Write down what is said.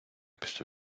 після